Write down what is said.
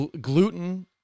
gluten